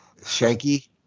Shanky